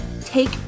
take